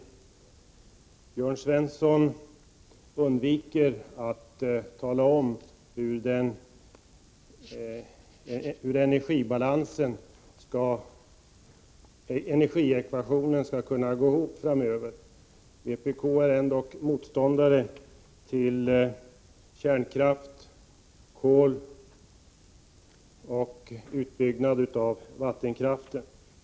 Aluminiumförsörj Jörn Svensson undviker att tala om hur vpk:s energiekvation skall gå ihop ningen framöver. Vpk är ändock motståndare till kärnkraft, kol och utbyggnad av vattenkraften.